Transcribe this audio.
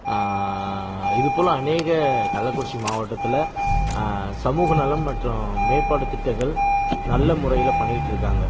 இது போல் அநேக கள்ளக்குறிச்சி மாவட்டத்தில் சமூக நலம் மற்றும் மேப்பாட்டு திட்டங்கள் நல்ல முறையில் பண்ணிக்கிட்டு இருக்காங்க